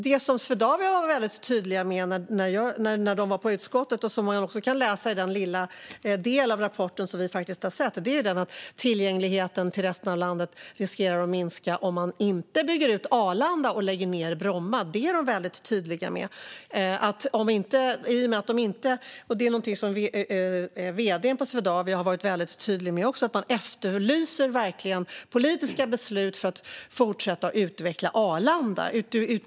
Det som Swedavia var väldigt tydliga med när de var i utskottet, vilket också går att läsa i den lilla del av rapporten som vi faktiskt har sett, var att tillgängligheten till resten av landet riskerar att minska om man inte bygger ut Arlanda och lägger ned Bromma. Det är de väldigt tydliga med. Vd:n på Swedavia har också varit väldigt tydlig med att de efterlyser politiska beslut för att fortsätta att utveckla Arlanda.